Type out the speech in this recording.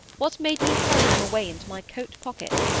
what made me hurry them away into my coat-pocket?